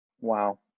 Wow